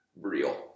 Real